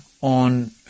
on